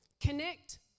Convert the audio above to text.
Connect